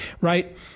right